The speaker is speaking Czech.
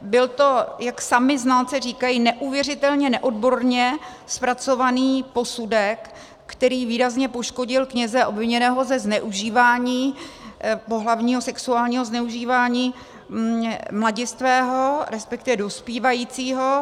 Byl to, jak sami znalci říkají, neuvěřitelně neodborně zpracovaný posudek, který výrazně poškodil kněze obviněného ze zneužívání, pohlavního, sexuálního zneužívání mladistvého, respektive dospívajícího.